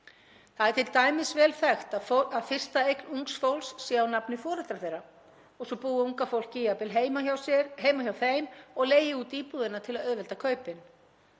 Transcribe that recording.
Það er t.d. vel þekkt að fyrsta eign ungs fólks sé á nafni foreldra þeirra og svo búi unga fólkið jafnvel heima hjá foreldrum og leigi út íbúðina til að auðvelda kaupin.